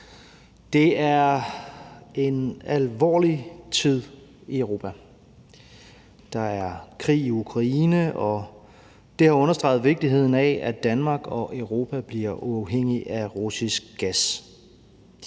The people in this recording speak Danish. Det er en alvorlig tid i Europa. Der er krig i Ukraine, og det har understreget vigtigheden af, at Danmark og Europa bliver uafhængige af russisk gas.